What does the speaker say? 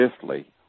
Fifthly